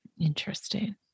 Interesting